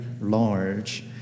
large